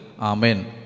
Amen